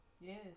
Yes